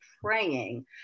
praying